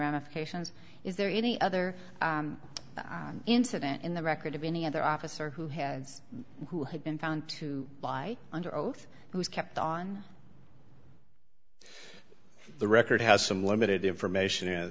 ramifications is there any other incident in the record of any other officer who has who had been found to lie under oath who was kept on the record has some limited information